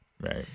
right